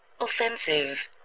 offensive